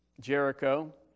Jericho